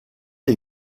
les